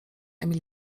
emil